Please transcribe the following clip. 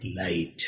light